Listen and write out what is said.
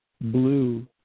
blue